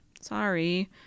sorry